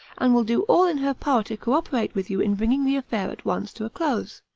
and will do all in her power to co-operate with you in bringing the affair at once to a close.